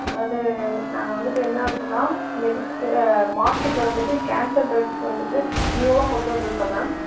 அதாவது நாங்கள் வந்துட்டு என்ன அப்படின்னா மார்க்கெட்டில் வந்துட்டு கேன்சர் டிரக்ஸ் வந்துட்டு நியூவாக கொண்டு வந்திருக்கோம் மேம்